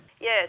Yes